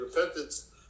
repentance